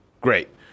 great